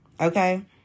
okay